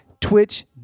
Twitch